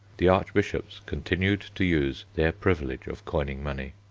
the archbishops continued to use their privilege of coining money.